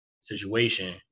situation